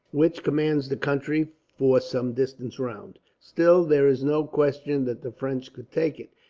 which commands the country for some distance round. still, there is no question that the french could take it,